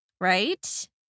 right